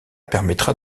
permettra